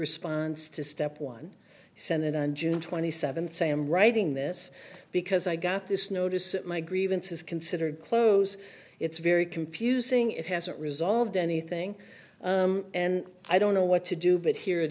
response to step one senate on june twenty seventh say i'm writing this because i got this notice that my grievance is considered close it's very confusing it hasn't resolved anything and i don't know what to do but here it